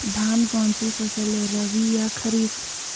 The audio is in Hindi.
धान कौन सी फसल है रबी या खरीफ?